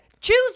choose